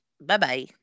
bye-bye